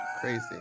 crazy